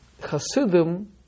Hasidim